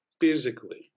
physically